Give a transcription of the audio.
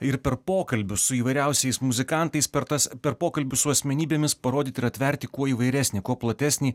ir per pokalbius su įvairiausiais muzikantais per tas per pokalbius su asmenybėmis parodyt ir atverti kuo įvairesnį kuo platesnį